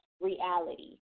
reality